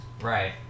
Right